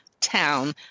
town